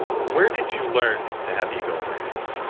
where did you learn to have ego awareness?